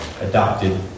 adopted